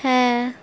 হ্যাঁ